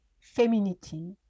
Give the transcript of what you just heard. femininity